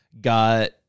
got